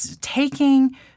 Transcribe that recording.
taking